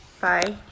bye